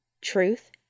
truth